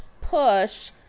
push